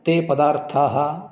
ते पदार्थाः